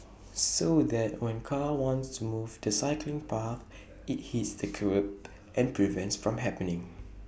so that when car wants to move to the cycling path IT hits the kerb and prevents from happening